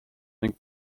ning